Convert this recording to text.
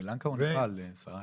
סרילנקה או נפאל, שרי?